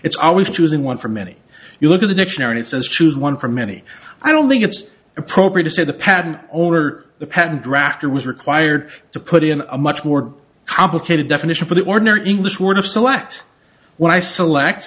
it's always choosing one for many you look at the dictionary it says choose one from many i don't think it's appropriate to say the patent owner the patent drafter was required to put in a much more complicated definition for the ordinary english word of select